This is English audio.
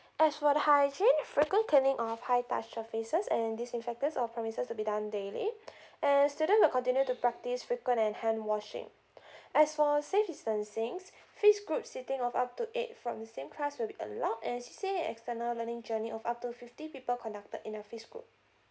as for the hygiene frequent cleaning of high touch surfaces and disinfecting of premises to be done daily and student will continue to practice frequent and hand washing as for safe distancing phase group sitting of up to eight from the same class will be allowed and C_C_A external learning journey of up to fifty people conducted in a phase group